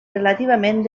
relativament